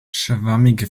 schwammige